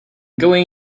going